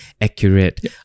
accurate